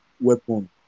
weapon